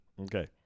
okay